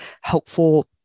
helpful